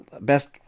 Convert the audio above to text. best